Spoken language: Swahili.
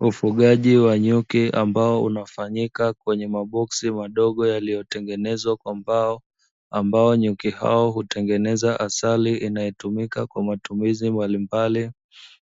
Ufugaji wa nyuki ambao unafanyika kwenye maboksi madogo yaliyotengenezwa kwa mbao ambao nyuki hao hutengeneza asali inayotumika kwa matumizi mbalimbali,